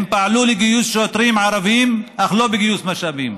הם פעלו לגיוס שוטרים ערבים אך לא לגיוס משאבים,